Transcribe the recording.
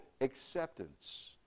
acceptance